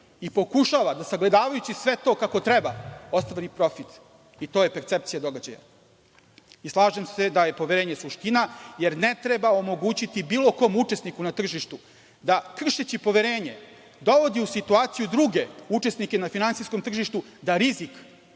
i pokušava da, sagledavajući sve to kako treba, ostvari profit. To je percepcija događaja. Slažem se da je poverenje suština, jer ne treba omogućiti bilo kom učesniku na tržištu da kršeći poverenje dovodi u situaciju druge učesnike na finansijskom tržištu da rizik,